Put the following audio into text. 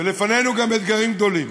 ולפנינו גם אתגרים גדולים,